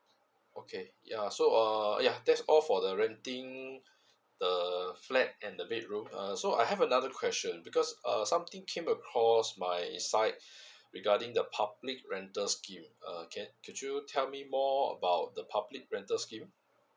okay ya so uh ya that's all for the renting the flat and the bedroom uh so I have another question because err something came across my side regarding the public rental scheme uh can could you tell me more about the public rental scheme